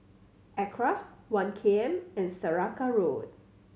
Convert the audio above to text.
ACRA One K M and Saraca Road